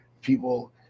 people